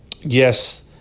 Yes